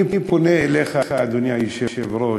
אני פונה אליך, אדוני היושב-ראש,